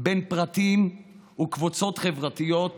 בין פרטים וקבוצות חברתיות ופוליטיות.